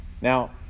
Now